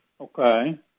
okay